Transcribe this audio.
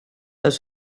was